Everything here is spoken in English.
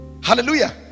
hallelujah